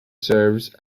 serves